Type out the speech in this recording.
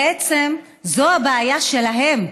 בעצם, זאת הבעיה שלהם.